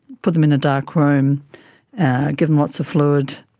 put them in a dark room, give them lots of fluid,